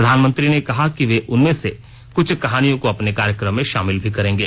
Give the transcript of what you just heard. प्रधानमंत्री ने कहा कि वे उनमें से क्छ कहानियों को अपने कार्यक्रम में शामिल भी करेंगे